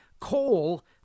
coal